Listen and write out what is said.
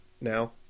now